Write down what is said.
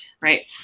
right